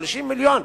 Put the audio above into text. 30 מיליון,